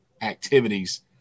activities